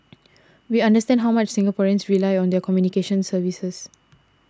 we understand how much Singaporeans rely on their communications services